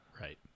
right